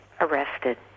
arrested